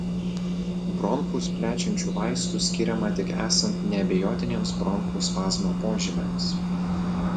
bronchus plečiančių vaistų skiriama tik esant neabejotiniems bronchų spazmo požymiams